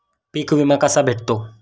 पीक विमा कसा भेटतो?